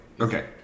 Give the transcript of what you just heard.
Okay